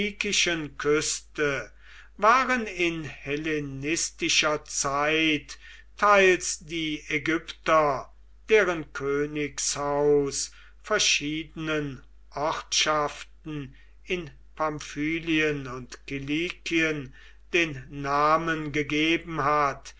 küste waren in hellenistischer zeit teils die ägypter deren königshaus verschiedenen ortschaften in pamphylien und kilikien den namen gegeben hat